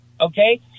Okay